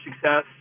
success